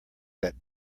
that